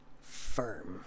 firm